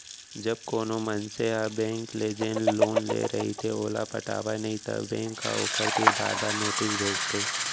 जब कोनो मनसे ह बेंक ले जेन लोन ले रहिथे ओला पटावय नइ त बेंक ह ओखर तीर बार बार नोटिस भेजथे